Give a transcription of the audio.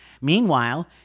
meanwhile